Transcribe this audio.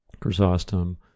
Chrysostom